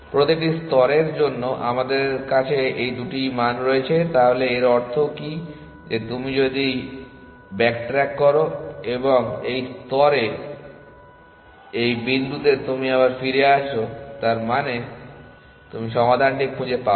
প্রতিটি স্তরের জন্য আমাদের কাছে এই দুটি মান রয়েছে তাহলে এর অর্থ কী যে তুমি যদি ব্যাক ট্র্যাক করো এবং এই স্তরে এই বিন্দুতে তুমি আবার ফিরে আসো তার মানে তুমি সমাধানটি খুঁজে পাওনি